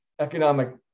economic